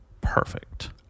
perfect